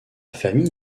famille